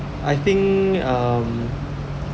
I think um